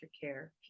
care